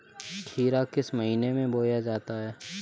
खीरा किस महीने में बोया जाता है?